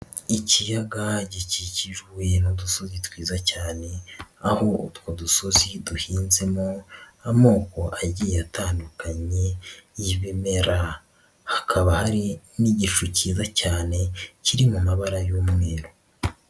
Ikiyaga gikikijwe n'udusozi twiza cyane, aho utwo dusozi duhinzemo amoko agiye atandukanye y'ibimera. Hakaba hari n'igicu kiyiza cyane kiri mu mabara y'umweru.